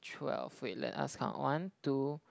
twelve wait let us count one two